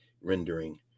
rendering